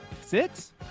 Six